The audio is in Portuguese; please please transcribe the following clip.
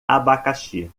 abacaxi